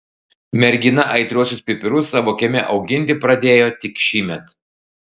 mergina aitriuosius pipirus savo kieme auginti pradėjo tik šįmet